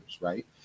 right